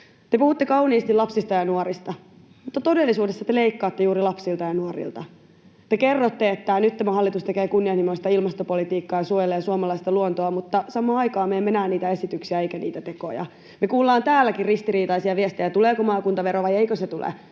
Te puhutte kauniisti lapsista ja nuorista, mutta todellisuudessa te leikkaatte juuri lapsilta ja nuorilta. Te kerrotte, että nyt tämä hallitus tekee kunnianhimoista ilmastopolitiikkaa ja suojelee suomalaista luontoa, mutta samaan aikaan me emme näe niitä esityksiä emmekä niitä tekoja. Me kuullaan täälläkin ristiriitaisia viestejä siitä, tuleeko maakuntavero vai eikö se tule